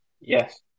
Yes